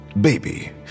Baby